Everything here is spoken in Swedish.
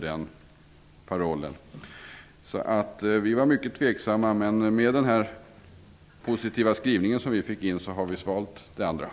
Det är ju inte bara den operativa verksamheten som bör gå in under nämnda paroll.